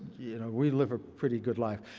you know, we live a pretty good life.